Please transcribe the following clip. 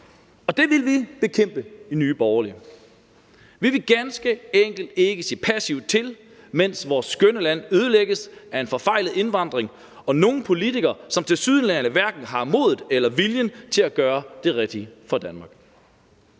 og det vil vi bekæmpe i Nye Borgerlige. Vi vil ganske enkelt ikke se passivt til, mens vores skønne land ødelægges af en forfejlet indvandring og nogle politikere, som tilsyneladende hverken har modet eller viljen til at gøre det rigtige for Danmark.